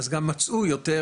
אז גם מצאו יותר